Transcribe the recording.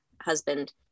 husband